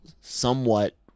somewhat